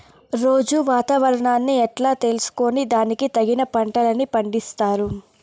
రోజూ వాతావరణాన్ని ఎట్లా తెలుసుకొని దానికి తగిన పంటలని పండిస్తారు?